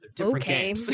Okay